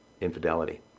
infidelity